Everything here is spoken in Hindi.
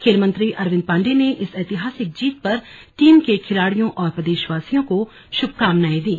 खेलमंत्री अरविंद पांडेय ने इस ऐतिहासिक जीत पर टीम के खिलाड़ियों और प्रदेशवासियों को शुभकानाएं दी